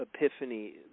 epiphany